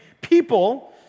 people